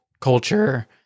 culture